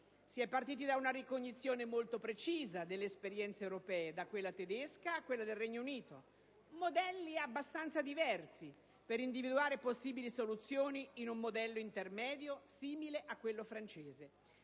Si è partiti da una ricognizione molto precisa delle esperienze europee, da quella tedesca a quella del Regno Unito, modelli abbastanza diversi per individuare possibili soluzioni in un modello intermedio, simile a quello francese.